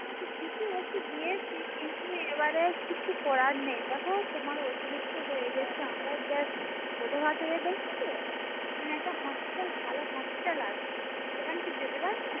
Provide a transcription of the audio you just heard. আমি তো ঠিকই ওষুধ দিয়েছি কিন্তু এবারে কিছু করার নেই দেখো তোমার অতিরিক্ত হয়ে গেছে আমরাদের ছোটো খাটো ইয়ে দেখি তো এখানে একটা হসপিটাল ভালো হসপিটাল আছে সেখানে কি যেতে পারবে